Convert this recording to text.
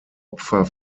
opfer